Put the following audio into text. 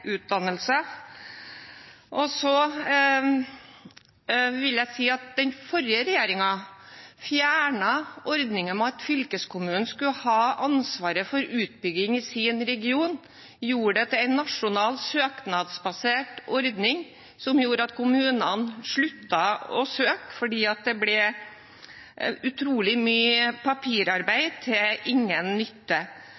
Så vil jeg si at den forrige regjeringen fjernet ordningen med at fylkeskommunen skulle ha ansvaret for utbygging i sin region, og gjorde det til en nasjonal, søknadsbasert ordning, noe som gjorde at kommunene sluttet å søke fordi det ble utrolig mye